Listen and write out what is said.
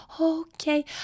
Okay